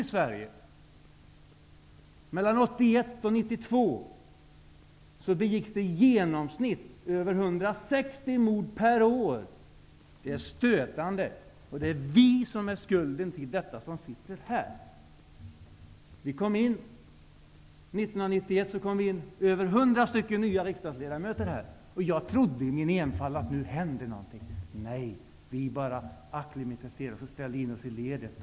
Mellan mord per år. Det är stötande, och det vi som sitter här som bär skulden till detta. År 1991 kom det in över hundra nya riksdagsledamöter. Jag trodde i min enfald att det då skulle hända någonting. Men nej, vi bara acklimatiserade oss och ställde in oss i ledet.